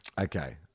Okay